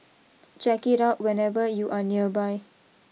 check it out whenever you are nearby